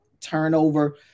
turnover